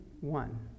One